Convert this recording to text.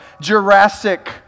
jurassic